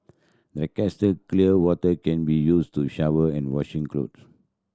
the clear water can be used to shower and washing clothes